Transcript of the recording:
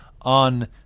on